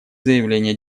заявления